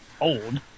old